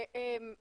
אי אפשר ככה.